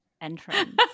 entrance